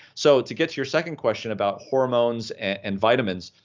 so to get to your second question about hormones and vitamins,